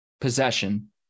possession